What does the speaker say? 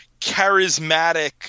charismatic